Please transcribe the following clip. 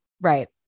Right